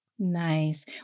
Nice